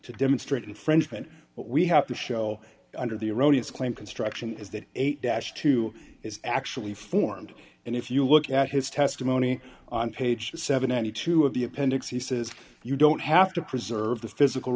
to demonstrate infringement what we have to show under the erroneous claim construction is that eight dash two is actually formed and if you look at his testimony on page seventy two dollars of the appendix he says you don't have to preserve the physical